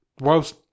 Whilst